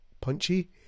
punchy